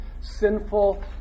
Sinful